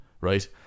Right